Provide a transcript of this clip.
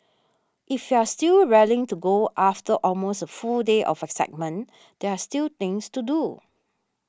if you're still raring to go after almost a full day of excitement there are still things to do